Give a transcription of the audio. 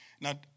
Now